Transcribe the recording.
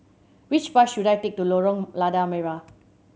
which bus should I take to Lorong Lada Merah